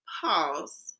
Pause